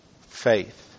Faith